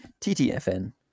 ttfn